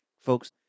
folks